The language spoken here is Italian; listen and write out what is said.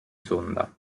sonda